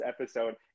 episode